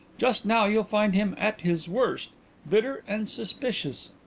just now you'll find him at his worst bitter and suspicious.